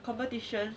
competition